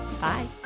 Bye